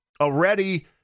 already